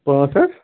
پانٛژھ حظ